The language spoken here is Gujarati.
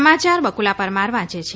સમાચાર બુકુલા પરમાર વાંચ છે